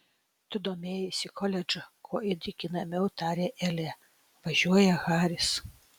tu domėjaisi koledžu kuo įtikinamiau tarė elė važiuoja haris